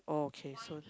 oh okay so